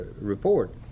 report